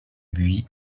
buis